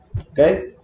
Okay